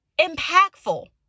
impactful